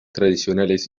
tradicionales